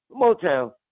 Motown